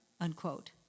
unquote